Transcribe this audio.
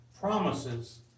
promises